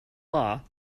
law